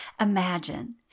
Imagine